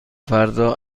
فردا